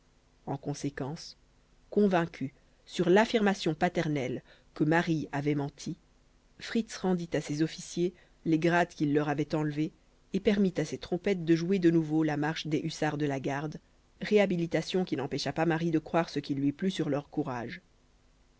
en conséquence convaincu sur l'affirmation paternelle que marie avait menti fritz rendit à ses officiers les grades qu'il leur avait enlevés et permit à ses trompettes de jouer de nouveau la marche des hussards de la garde réhabilitation qui n'empêcha pas marie de croire ce qu'il lui plut sur leur courage